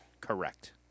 Correct